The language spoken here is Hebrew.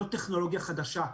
זה לא טכנולוגיה חדשה,